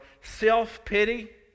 self-pity